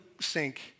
sink